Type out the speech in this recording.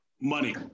Money